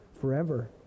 forever